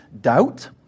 doubt